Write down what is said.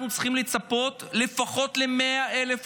אנחנו צריכים לצפות לפחות ל-100,000 עולים.